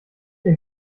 dem